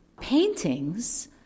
paintings